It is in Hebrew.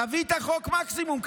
תביא את חוק המקסימום.